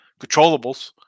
controllables